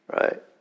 right